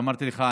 אמרתי לך,